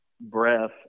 breath